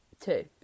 Two